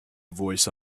voice